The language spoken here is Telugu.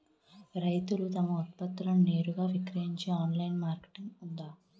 రైతులు తమ ఉత్పత్తులను నేరుగా విక్రయించే ఆన్లైన్ మార్కెట్ ఉందా?